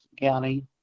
county